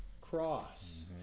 cross